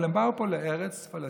אבל הם באו לפה, לארץ פלסטין,